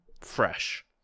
fresh